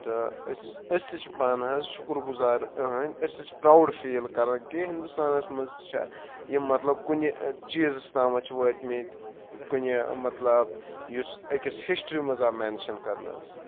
تہٕ أسۍ تہِ چھِ پانہٕ حظ شُکر گزار یہنٛدۍ أسۍ تہِ چھِ پرٛاوُڈ فیٖل کَران کہ ہِندُستانَس منٛز تہِ چھِ یہِ مطلب کُنہِ چیٖزَس تامَتھ چھِ وٲتمِتۍ کُنہِ مطلب یُس أکِس ہِسٹرٛی منٛز آو مٮ۪نشَن کَرنہٕ حظ